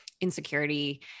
insecurity